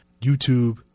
YouTube